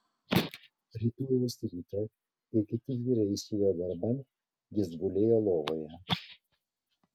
rytojaus rytą kai kiti vyrai išėjo darban jis gulėjo lovoje